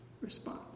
respond